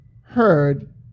heard